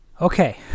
okay